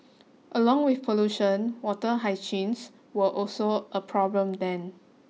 along with pollution water hyacinths were also a problem then